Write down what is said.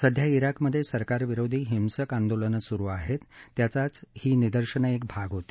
सध्या धिकमधे सरकार विरोधी हिसंक आंदोलनं सुरु असून त्याचाच ही निदर्शनं एक भाग होती